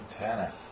Montana